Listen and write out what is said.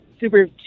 super